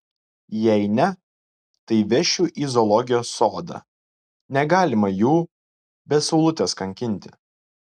jei ne tai vešiu į zoologijos sodą negalima jų be saulutės kankinti